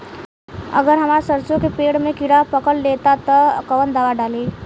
अगर हमार सरसो के पेड़ में किड़ा पकड़ ले ता तऽ कवन दावा डालि?